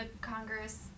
Congress